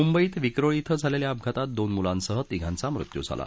मुंबईत विक्रोळी इथं झालेल्या अपघातात दोन मुलांसह तिघांचा मृत्यू झाला